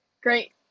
Great